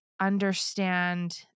understand